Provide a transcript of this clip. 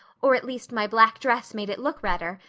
or at least my black dress made it look redder,